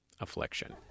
affliction